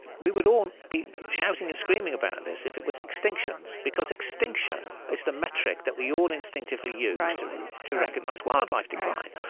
we would all be shouting and screaming about this if it was extinctions, because extinction is the metric that we all instinctively use to to recognize wildlife decline.